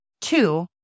Two